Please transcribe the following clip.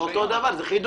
זה אותו דבר, זה חידוש.